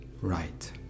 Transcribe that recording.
right